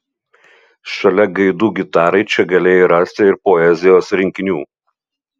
šalia gaidų gitarai čia galėjai rasti ir poezijos rinkinių